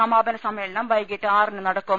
സമാപന സമ്മേളനം വൈകീട്ട് ആറിന് നടക്കും